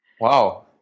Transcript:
Wow